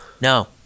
No